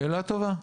שאלה טובה.